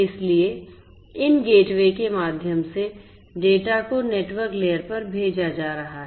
इसलिए इन गेटवे के माध्यम से डेटा को नेटवर्क लेयर पर भेजा जा रहा है